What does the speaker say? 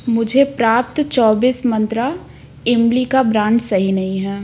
मुझे प्राप्त चौबीस मंत्रा इमली का ब्रांड सही नहीं है